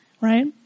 right